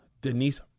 Denise